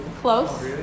close